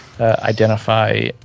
identify